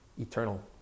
eternal